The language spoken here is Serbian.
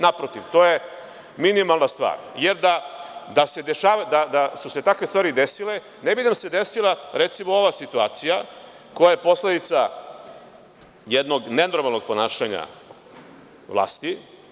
Naprotiv, to je minimalna stvar, jer da su se takve stvari desile, ne bi nam se desila, recimo, ova situacija koja je posledica jednog nenormalnog ponašanja vlasti.